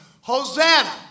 Hosanna